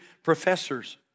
professors